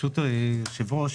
ברשות היושב-ראש,